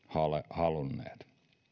halunneet